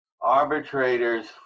arbitrators